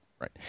Right